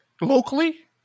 locally